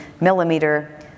millimeter